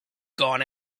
gone